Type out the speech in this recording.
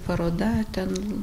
paroda ten